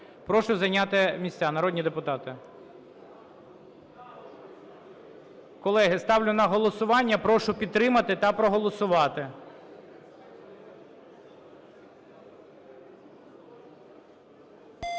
Прошу зайняти місця, народні депутати. Колеги, ставлю на голосування. Прошу підтримати та проголосувати.